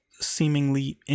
Seemingly